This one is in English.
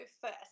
first